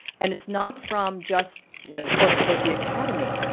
and its not from just you know quote unquote the academy,